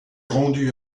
rendu